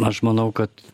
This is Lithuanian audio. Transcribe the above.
aš manau kad